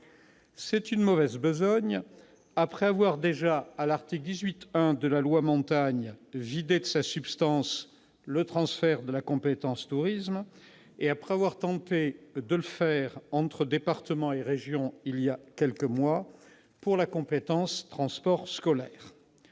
C'est une mauvaise besogne, après avoir déjà, à l'article 18-1 de la loi Montagne, vidé de sa substance le transfert de la compétence tourisme et après avoir tenté de faire de même voilà quelques mois, entre départements et régions, pour la compétence transports scolaires.